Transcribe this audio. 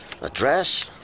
Address